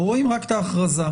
רואים רק את ההכרזה,